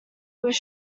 was